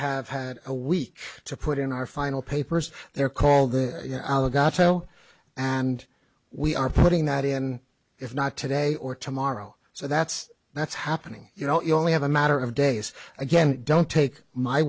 have had a week to put in our final papers they're called the gato and we are putting that in if not today or tomorrow so that's that's happening you know you only have a matter of days again don't take my